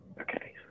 Okay